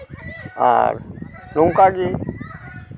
ᱟᱨ ᱱᱚᱝᱠᱟᱜᱮ